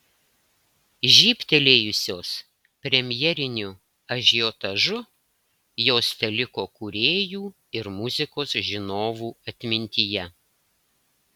žybtelėjusios premjeriniu ažiotažu jos teliko kūrėjų ir muzikos žinovų atmintyje